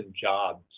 jobs